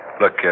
Look